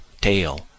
tail